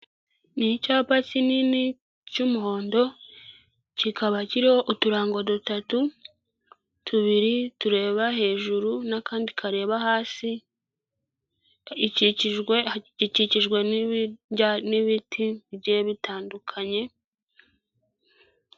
Ni icyapa kinini cy'umuhondo, kikaba kiriho uturango dutatu, tubiri tureba hejuru n'akandi kareba hasi, gikikijwe n'ibiti bigiye bitandukanye.